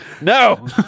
no